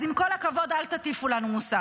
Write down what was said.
אז עם כל הכבוד, אל תטיפו לנו מוסר.